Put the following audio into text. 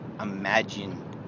imagine